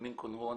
(מדבר בערבית).